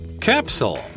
Capsule